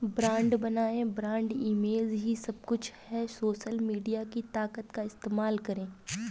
brand बनाएं, brand image ही सब कुछ है, सोशल मीडिया की ताकत का इस्तेमाल करें